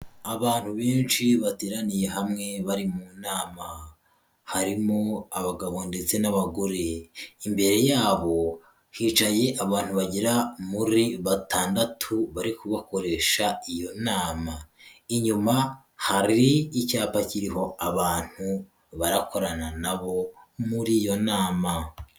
Abantu benshi bateraniye hamwe bari mu nama, harimo abagabo ndetse n'abagore, imbere yabo hicaye abantu bagera muri batandatu bari kubakoresha iyo nama, inyuma hari icyapa kiriho abantu barakorana nabo muri iyo nama.